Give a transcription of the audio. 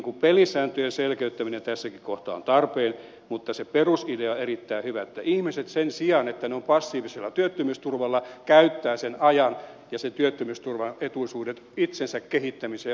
näitten pelisääntöjen selkeyttäminen tässäkin kohtaa on tarpeen mutta se perusidea on erittäin hyvä että ihmiset sen sijaan että ne ovat passiivisella työttömyysturvalla käyttävät sen ajan ja ne työttömyysturvaetuisuudet itsensä kehittämiseen ja opiskeluun